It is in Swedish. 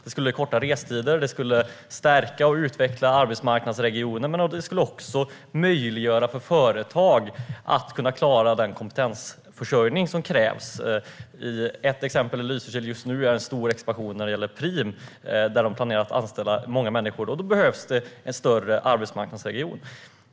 Det skulle korta restider, stärka och utveckla arbetsmarknadsregionen och också möjliggöra för företag att kunna klara den kompetensförsörjning som krävs. Ett exempel i Lysekil just nu är en stor expansion för Preem där de planerar att anställa många människor. Då behövs det en större arbetsmarknadsregion.